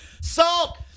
Salt